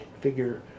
figure